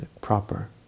proper